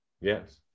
Yes